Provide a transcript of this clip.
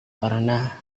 karena